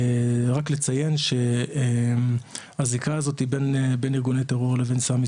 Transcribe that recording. רק לציין שיש את הזיקה הזאת שהיא בין ארגוני טרור לבין סם,